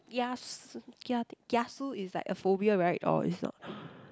kias~ kia~ kiasu is like a phobia right or is not